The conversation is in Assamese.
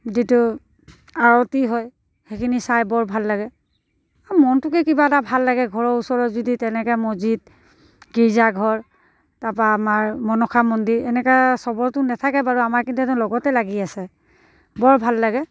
যিটো আৰতি হয় সেইখিনি চাই বৰ ভাল লাগে আৰু মনটোকে কিবা এটা ভাল লাগে ঘৰৰ ওচৰত যদি তেনেকৈ মছজিদ গীৰ্জাঘৰ তাৰপৰা আমাৰ মনসা মন্দিৰ এনেকৈ চবৰটো নেথাকে বাৰু আমাৰ কিন্তু এনেই লগতে লাগি আছে বৰ ভাল লাগে